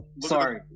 Sorry